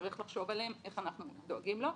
צריך לחשוב עליהם איך אנחנו דואגים לו.